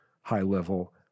high-level